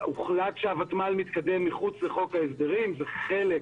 הוחלט שהותמ"ל מתקדם מחוץ לחוק ההסדרים, זה חלק